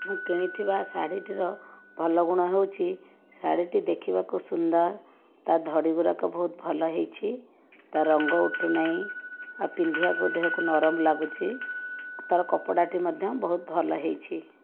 ମୁଁ କିଣିଥିବା ଶାଢ଼ୀଟିର ଭଲ ଗୁଣ ହେଉଛି ଶାଢ଼ୀଟି ଦେଖିବାକୁ ସୁନ୍ଦର ତା' ଧଡ଼ିଗୁଡ଼ିକ ବହୁତ ଭଲ ହୋଇଛି ତା' ରଙ୍ଗ ଉଠୁନାହିଁ ଆଉ ପିନ୍ଧିବାକୁ ଦେହକୁ ନରମ ଲାଗୁଛି ତା'ର କପଡ଼ାଟି ମଧ୍ୟ ବହୁତ ଭଲ ହୋଇଛି